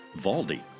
Valdi